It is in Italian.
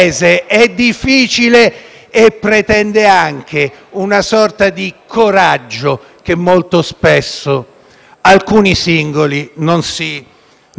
e pretende anche una sorta di coraggio che molto spesso alcuni singoli non si riconoscono.